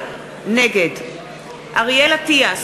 נגד אריאל אטיאס,